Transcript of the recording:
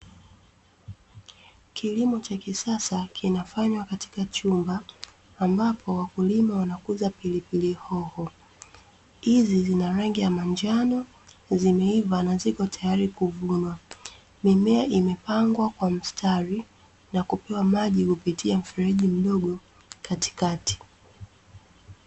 Kilimo cha kisasa kinafanywa katika chumba, ambapo wakulima wanakuza pilipili hoho hizi, zina rangi ya manjano, zimeiva na ziko tayari kuvunwa. Mimea imepangwa kwa mistari na kupewa maji kupitia mfereji mdogo katikati.